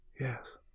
Yes